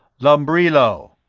lumbrilo,